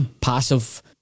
passive